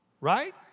right